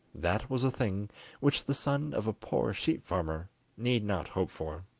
that was a thing which the son of a poor sheep-farmer need not hope for.